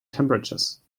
temperatures